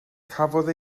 cafodd